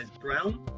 Brown